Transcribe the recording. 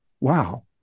Wow